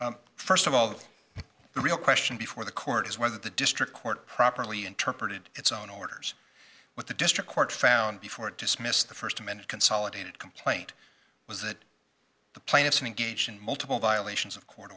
first of all the real question before the court is whether the district court properly interpreted its own orders what the district court found before it dismissed the first minute consolidated complaint was that the plaintiffs engaged in multiple violations of court